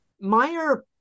Meyer